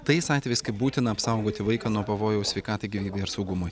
tais atvejais kai būtina apsaugoti vaiką nuo pavojaus sveikatai gyvybei ar saugumui